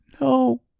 No